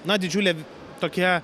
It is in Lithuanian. na didžiulė tokia